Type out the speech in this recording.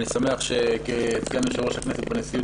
אני שמח שכסגן יושב-ראש הכנסת בנשיאות